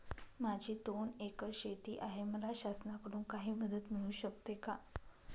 माझी दोन एकर शेती आहे, मला शासनाकडून काही मदत मिळू शकते का?